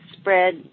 spread